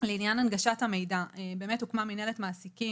לעניין הנגשת המידע: באמת הוקמה מינהלת מעסיקים